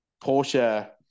Porsche